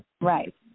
Right